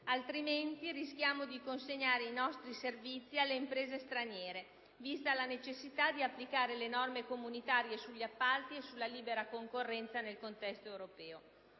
altrimenti, rischiamo di consegnare i nostri servizi alle imprese straniere, vista la necessità di applicare le norme comunitarie sugli appalti e sulla libera concorrenza nel contesto europeo.